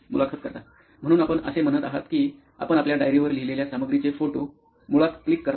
मुलाखत कर्ता म्हणून आपण असे म्हणत आहात की आपण आपल्या डायरीवर लिहिलेल्या सामग्रीचे फोटो मुळात क्लिक करता